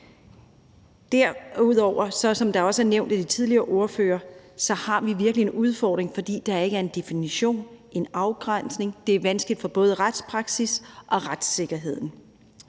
Derudover har vi, som det også er nævnt af de tidligere ordførere, virkelig en udfordring, fordi der ikke er en definition, en afgrænsning. Det er vanskeligt for både retspraksis og for retssikkerhed.